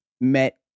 met